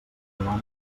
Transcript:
bona